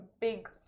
big